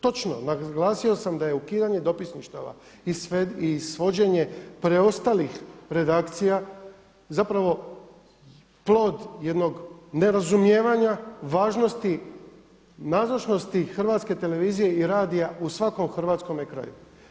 Točno naglasio sam da je ukidanje dopisništava i svođene preostalih redakcija zapravo plod jednog nerazumijevanja, važnosti nazočnosti HRT-a i radija u svakom hrvatskome kraju.